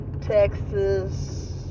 Texas